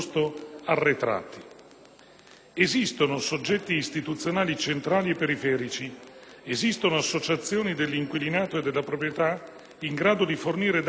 esistono soggetti istituzionali centrali e periferici, esistono associazioni dell'inquilinato e della proprietà in grado di fornire dati costantemente incrociabili,